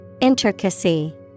Intricacy